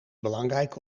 belangrijk